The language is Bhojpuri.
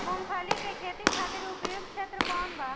मूँगफली के खेती खातिर उपयुक्त क्षेत्र कौन वा?